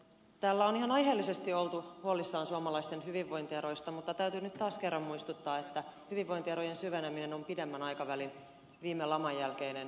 täällä on ihan aiheellisesti oltu huolissaan suomalaisten hyvinvointieroista mutta täytyy nyt taas kerran muistuttaa että hyvinvointierojen syveneminen on pidemmän aikavälin viime laman jälkeinen kehityskulku